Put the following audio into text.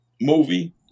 movie